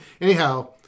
anyhow